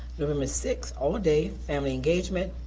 november sixth, all day family engagement,